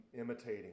imitating